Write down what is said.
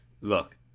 look